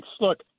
Look